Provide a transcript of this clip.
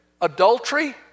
Adultery